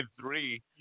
three